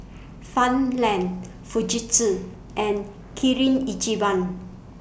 Farmland Fujitsu and Kirin Ichiban